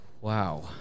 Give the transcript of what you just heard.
wow